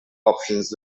options